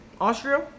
austria